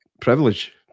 privilege